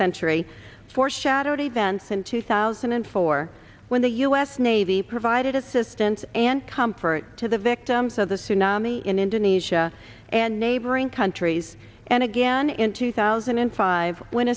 century foreshadowed events in two thousand and four when the u s navy provided assistance and comfort to the victims of the tsunami in indonesia and neighboring countries and again in two thousand and five when